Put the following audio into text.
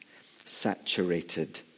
saturated